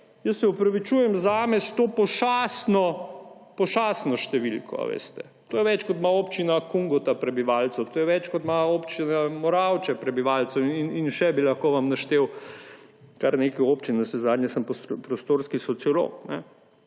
jaz se opravičujem, s to zame pošastno številko. To je več, kot ima Občina Kungota prebivalcev, to je več, kot ima Občina Moravče prebivalcev in še bi lahko naštel kar nekaj občin. Navsezadnje sem prostorski sociolog.